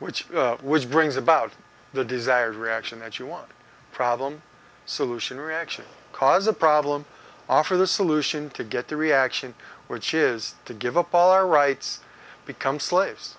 which which brings about the desired reaction that you want a problem solution reaction cause a problem offer the solution to get the reaction which is to give up all our rights become slaves